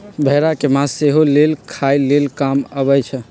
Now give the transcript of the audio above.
भेड़ा के मास सेहो लेल खाय लेल काम अबइ छै